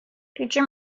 future